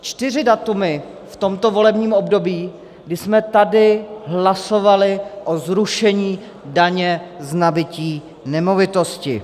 Čtyři data v tomto volebním období, kdy jsme tady hlasovali o zrušení daně z nabytí nemovitosti.